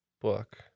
book